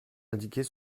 indiquer